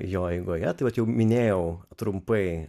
jo eigoje tai vat jau minėjau trumpai